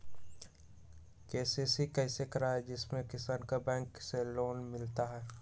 KCC कैसे कराये जिसमे किसान को बैंक से लोन मिलता है?